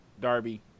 Darby